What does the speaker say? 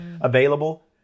available